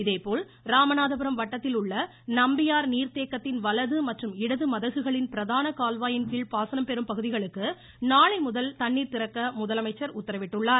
இதேபோல் ராமநாதபுரம் வட்டத்தில் உள்ள நம்பியார் நீர்தேக்கத்தின் வலது மற்றும் இடது மதகுகளின் பிரதான கால்வாயின் கீழ் பாசனம் பெறும் பகுதிகளுக்கு நாளை முதல் தண்ணீர் திறக்க முதலமைச்சர் உத்தரவிட்டுள்ளார்